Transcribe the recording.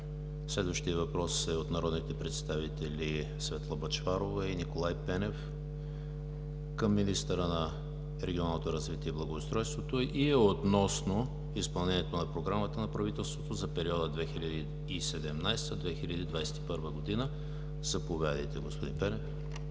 Следващият въпрос е от народните представители Светла Бъчварова и Николай Пенев към министъра на регионалното развитие и благоустройството – относно изпълнение на Програмата на правителството за периода 2017 – 2021 г. Заповядайте, господин Пенев.